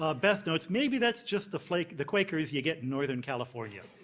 ah beth notes, maybe that's just the flake the quakers you get in northern california.